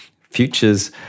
futures